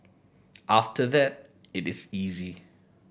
after that it is easy